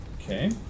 Okay